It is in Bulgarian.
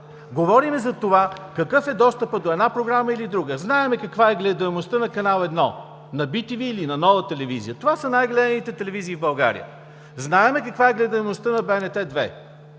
Говорим за това какъв е достъпът до една програма или друга. Знаем каква е гледаемостта на Канал 1, на БТВ или на Нова телевизия – това са най-гледаните телевизии в България. Знаем каква е гледаемостта на БНТ 2.